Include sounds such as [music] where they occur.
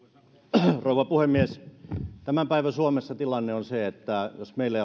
arvoisa rouva puhemies tämän päivän suomessa tilanne on se että jos meillä [unintelligible]